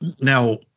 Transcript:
now